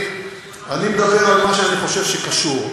אני מדבר על מה שאני חושב שקשור.